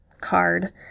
card